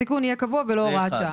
ולא הוראת שעה.